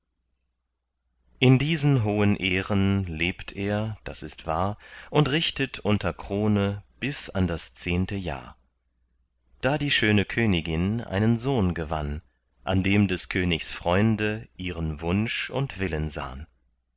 in diesen hohen ehren lebt er das ist wahr und richtet unter krone bis an das zehnte jahr da die schöne königin einen sohn gewann an dem des königs freunde ihren wunsch und willen sahn